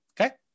Okay